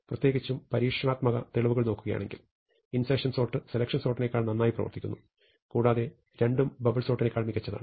പ്രത്യേകിച്ചും പരീക്ഷണാത്മക തെളിവുകൾ നോക്കുകയാണെങ്കിൽ ഇൻസെർഷൻ സോർട്ട് സെലെക്ഷൻ സോർട്ടിനേക്കാൾ നന്നായി പ്രവർത്തിക്കുന്നു കൂടാതെ രണ്ടും ബബിൾ സോർട്ടിനേക്കാൾ മികച്ചതാണ്